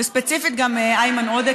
וספציפית גם איימן עודה,